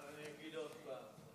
אבל אני אגיד עוד פעם.